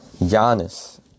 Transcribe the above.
Giannis